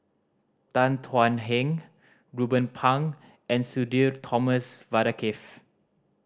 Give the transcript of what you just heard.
Tan Thuan Heng Ruben Pang and Sudhir Thomas Vadaketh